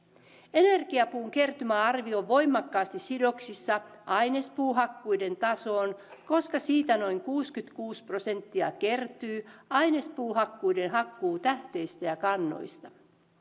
energiapuun kertymäarvio on voimakkaasti sidoksissa ainespuuhakkuiden tasoon koska siitä noin kuusikymmentäkuusi prosenttia kertyy ainespuuhakkuiden hakkuutähteistä ja ja kannoista